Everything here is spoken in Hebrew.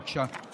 בבקשה.